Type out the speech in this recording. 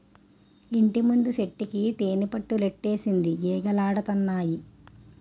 ఇంటిముందు చెట్టుకి తేనిపట్టులెట్టేసింది ఈగలాడతన్నాయి